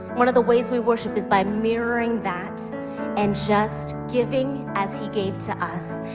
one of the ways we worship is by mirroring that and just giving as he gave to us.